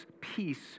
peace